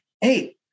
Hey